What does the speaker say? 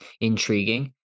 intriguing